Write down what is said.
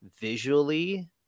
visually